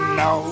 no